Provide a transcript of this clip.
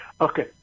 Okay